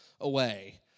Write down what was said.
away